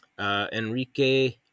Enrique